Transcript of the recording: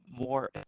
more